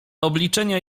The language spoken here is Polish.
obliczenia